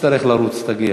לוועדת החוץ והביטחון נתקבלה.